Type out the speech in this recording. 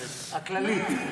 הכללית.